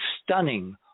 stunning